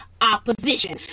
Opposition